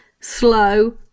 slow